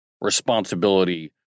responsibility